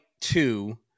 two